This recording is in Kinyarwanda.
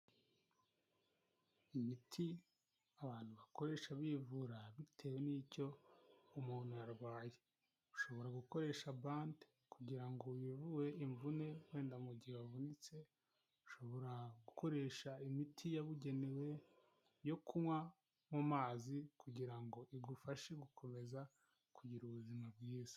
Imiti abantu bakoresha bivura bitewe n'icyo umuntu yarwaye, ushobora gukoresha bande kugirango wivure imvune wenda mugihe wavunitse, ushobora gukoresha imiti yabugenewe yo kunywa mu mazi kugira ngo igufashe gukomeza kugira ubuzima bwiza.